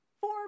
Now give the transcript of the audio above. Four